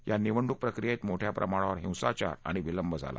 या निवडणूक पक्रियेत मोठ्या प्रमाणावर हिंसाचार आणि विलंब झाला